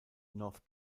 north